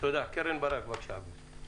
קרן ברק, בבקשה.